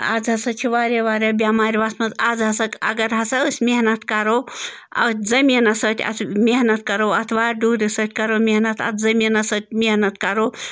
آز ہَسا چھِ واریاہ واریاہ بٮ۪مارِ وَژھمَژٕ آز ہسا اگر ہسا أسۍ محنت کَرو اَتھ زٔمیٖنَس سۭتۍ اَتھ محنت کَرو اَتھ وارِ ڈوٗرِس سۭتۍ کَرو محنت اَتھ زٔمیٖنَس سۭتۍ محنت کَرَو